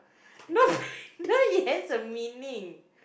no no it has a meaning